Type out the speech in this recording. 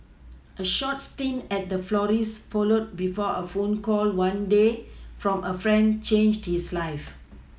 a short stint at a florist's followed before a phone call one day from a friend changed his life